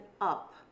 up